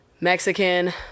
mexican